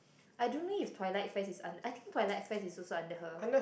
I don't know if Twilight-Fest is under I think Twilight-Fest is also under her